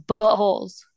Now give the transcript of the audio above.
buttholes